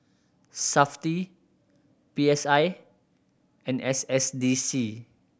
Safti P S I and S S D C